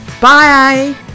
Bye